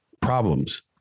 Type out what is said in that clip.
problems